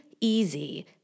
easy